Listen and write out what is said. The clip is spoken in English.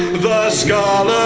the scarlet